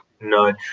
nudge